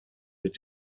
mit